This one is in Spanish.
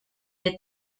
del